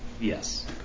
Yes